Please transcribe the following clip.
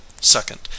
second